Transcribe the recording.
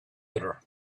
other